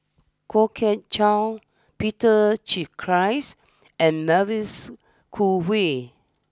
Kwok Kian Chow Peter Gilchrist and Mavis Khoo Oei